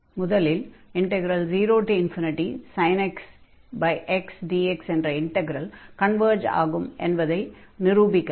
முதலில் 0sin x xdx என்ற integral converge ஆகும் என்பதை எளிதில் நிரூபிக்கலாம்